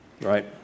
right